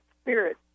spirit